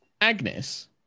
Agnes